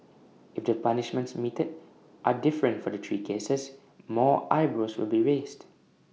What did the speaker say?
if the punishments meted are different for the three cases more eyebrows will be raised